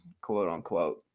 quote-unquote